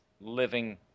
living